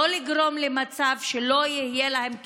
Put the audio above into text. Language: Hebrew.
לא לגרום למצב שלא יהיה להם,